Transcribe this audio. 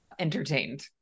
entertained